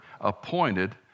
appointed